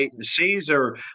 Caesar